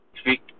speak